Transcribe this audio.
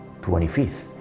25th